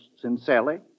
sincerely